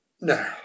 No